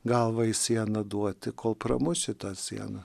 galva į sieną duoti kol pramuši tą sieną